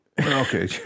Okay